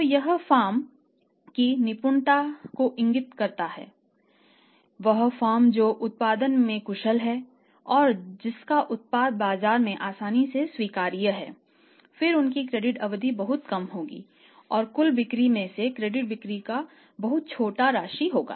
तो यह फर्म की निपुणता को इंगित करता है वह फर्म जो उत्पादन में कुशल है और जिसका उत्पाद बाजार में आसानी से स्वीकार्य है फिर उनकी क्रेडिट अवधि बहुत कम होगी और कुल बिक्री में से क्रेडिट बिक्री एक बहुत छोटी राशि होगी